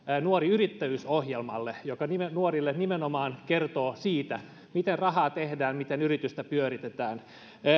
nuori yrittäjyys ohjelmalle joka kertoo nuorille nimenomaan siitä miten rahaa tehdään miten yritystä pyöritetään